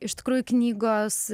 iš tikrųjų knygos